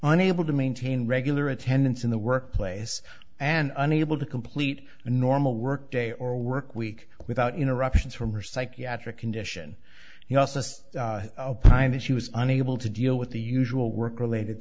unable to maintain regular attendance in the workplace and unable to complete a normal workday or work week without interruptions from her psychiatric condition he also says that she was unable to deal with the usual work related